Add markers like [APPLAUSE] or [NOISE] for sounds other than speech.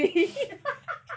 [LAUGHS]